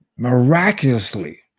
Miraculously